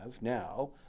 now